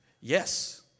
yes